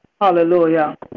Hallelujah